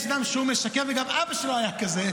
יש אדם שהוא משקר וגם אבא שלו היה כזה.